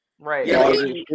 Right